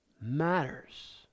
matters